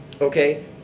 okay